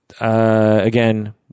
again